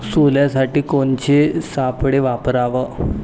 सोल्यासाठी कोनचे सापळे वापराव?